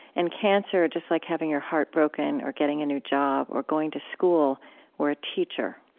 and cancer, just like having your heart broken or getting a new job or going to school or a teacher?